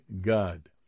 God